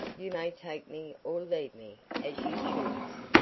you may take me or leave me, as you choose.